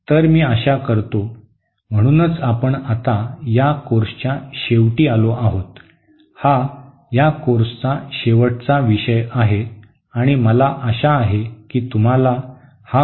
तर मी आशा करतो म्हणूनच आपण आता या कोर्सच्या शेवटी आलो आहोत हा या कोर्सचा शेवटचा विषय आहे आणि मला आशा आहे की तुम्हाला हा कोर्स आवडला असेल